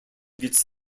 gets